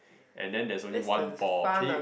and then there is only one ball can you